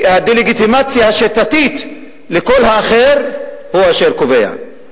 היעדר לגיטימציה דתית לקול האחר הוא אשר קובע?